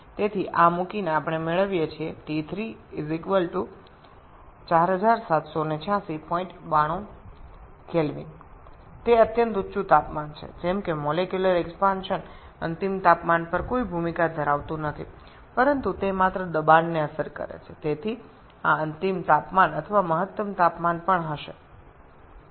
1 × 𝐶𝑉 1 1367 𝐶𝑣 𝑇3 − 𝑇2 সুতরাং এটি বসিয়ে আমরা পাচ্ছি T3 478692 K এটি অত্যন্ত উচ্চ তাপমাত্রা যেহেতু চূড়ান্ত তাপমাত্রায় আণবিক বিস্তারের কোনও ভূমিকা নেই তবে এটি কেবল চাপকেই প্রভাবিত করে তাই এটি চূড়ান্ত তাপমাত্রা বা সর্বাধিক তাপমাত্রা ও হতে চলেছে